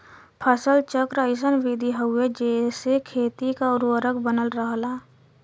फसल चक्र अइसन विधि हउवे जेसे खेती क उर्वरक बनल रहला